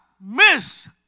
miss